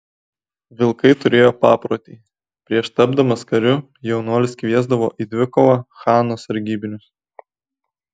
vilkai turėjo paprotį prieš tapdamas kariu jaunuolis kviesdavo į dvikovą chano sargybinius